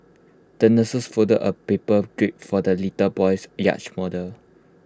the nurse folded A paper jib for the little boy's yacht model